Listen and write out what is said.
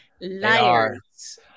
liars